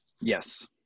Yes